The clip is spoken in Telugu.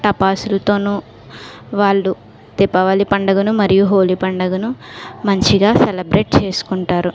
టపాసులతోనో వాళ్ళు దీపావళి పండుగను మరియు హోలీ పండుగను మంచిగా సెలబ్రేట్ చేసుకుంటారు